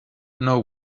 know